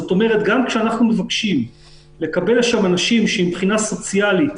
זאת אומרת שגם כשאנחנו מבקשים לקבל לשם אנשים שמבחינה סוציאלית